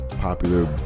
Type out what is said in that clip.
popular